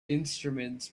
instruments